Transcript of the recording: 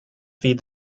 feed